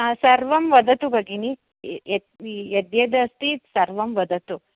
सर्वं वदतु भगिनी य यद् यदस्ति सर्वं वदतु